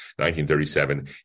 1937